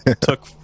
took